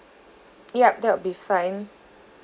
yup that will be fine